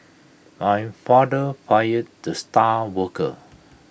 my father fired the star worker